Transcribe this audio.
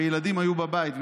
ילדים היו בבית,